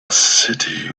city